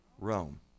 Rome